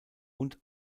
und